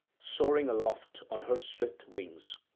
soaring aloft on her swift wings.